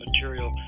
material